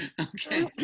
Okay